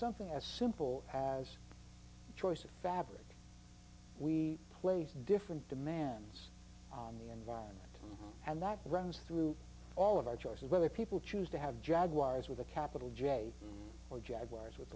something as simple as choice of fabric we place different demands on the environment and that runs through all of our choices whether people choose to have jaguars with a capital j or jaguars with